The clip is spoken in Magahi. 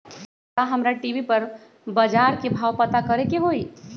का हमरा टी.वी पर बजार के भाव पता करे के होई?